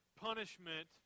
punishment